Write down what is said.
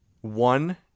one